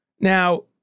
Now